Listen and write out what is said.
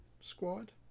squad